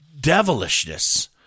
devilishness